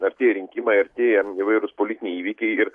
artėja rinkimai artėja įvairūs politiniai įvykiai ir